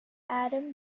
adam